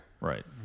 Right